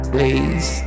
Please